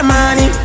money